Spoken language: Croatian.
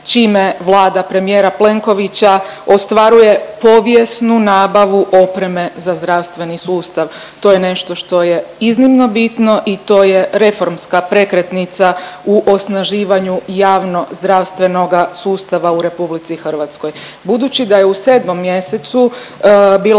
čime Vlada premijera Plenkovića ostvaruje povijesnu nabavu opreme za zdravstveni sustav. To je nešto što je iznimno bitno i to je reformska prekretnica u osnaživanju javno zdravstvenoga sustava u RH. Budući da je u 7. mjesecu bila